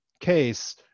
case